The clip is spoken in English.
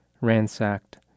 ransacked